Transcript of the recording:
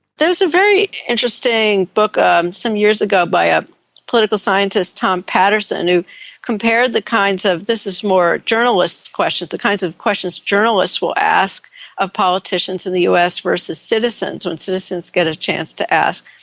there was a very interesting book um some years ago by a political scientist tom patterson who compared the kinds of, this is more journalists' questions, the kinds of questions journalists will ask of politicians in the us versus citizens, when citizens get a chance to ask.